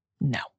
no